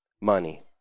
money